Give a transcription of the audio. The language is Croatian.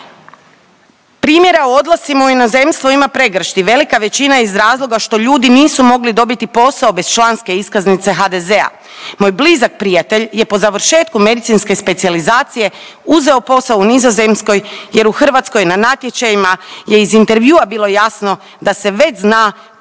primjera o odlascima u inozemstvo ima pregršt i velika većina je iz razloga što ljudi nisu mogli dobiti posao bez članske iskaznice HDZ-a. Moj blizak prijatelj je po završetku medicinske specijalizacije uzeo posao u Nizozemskoj jer u Hrvatskoj na natječajima je iz intervjua bilo jasno da se već zna tko dobiva